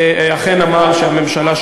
ואכן אמר שהממשלה,